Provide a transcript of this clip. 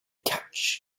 couch